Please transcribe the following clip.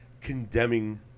condemning